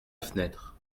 fenêtre